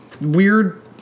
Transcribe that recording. weird